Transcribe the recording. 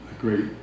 great